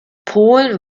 polen